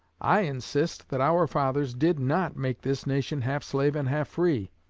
i insist that our fathers did not make this nation half slave and half free,